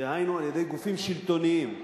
דהיינו על-ידי גופים שלטוניים,